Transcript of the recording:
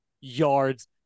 yards